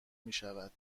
میشود